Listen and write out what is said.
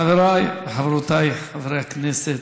חבריי וחברותיי חברי הכנסת,